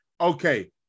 Okay